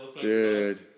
Dude